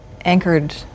anchored